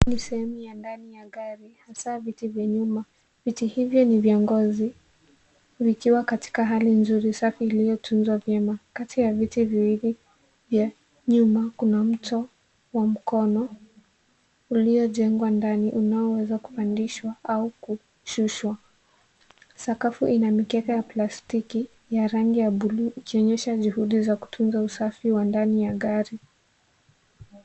Ni sehemu ya ndani ya gari hasa viti vya nyuma. Viti hivyo ni vya ngozi vikiwa katika hali nzuri safi iliyotunzwa vyema. Kati ya viti viwili vya nyuma kuna mto wa mkono uliojengwa ndani unaoweza kupandishwa au kushushwa. Sakafu ina mikeka ya plastiki ya rangi ya bluu ikionyesha juhudu za kutunza usafi wa ndani ya gari.